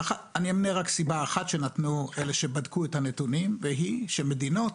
אמנה רק סיבה אחת שנתנו אלה שבדקו את הנתונים והיא שמדינות,